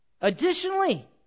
Additionally